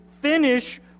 finish